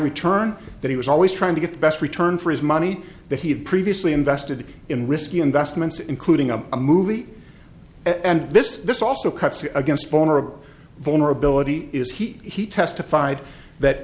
return that he was always trying to get the best return for his money that he had previously invested in risky investments including a movie and this is also cuts against vulnerable vulnerability is he he testified that